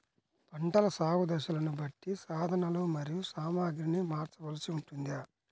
పంటల సాగు దశలను బట్టి సాధనలు మరియు సామాగ్రిని మార్చవలసి ఉంటుందా?